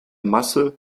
masse